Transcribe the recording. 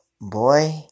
Boy